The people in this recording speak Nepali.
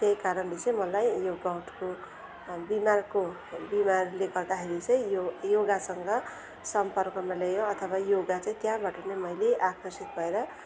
त्यही कारणले चाहिँ मलाई यो गाउटको बिमारको बिमारले गर्दाखेरि चाहिँ यो योगासँग सम्पर्कमा ल्यायो अथवा योगा चाहिँ त्यहाँबाट नै मैले आकर्षित भएर